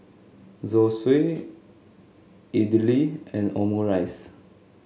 Zosui Idili and Omurice